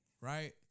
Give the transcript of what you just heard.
Right